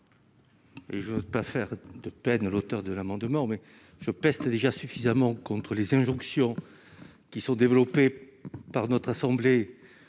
Je ne veux pas faire de peine à l'auteur de l'amendement, mais je peste déjà suffisamment contre les injonctions de notre assemblée